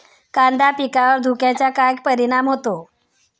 कांदा पिकावर धुक्याचा काय परिणाम होतो?